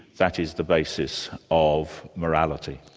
that is the basis of morality.